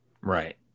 right